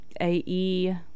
ae